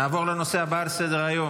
נעבור לנושא הבא על סדר-היום,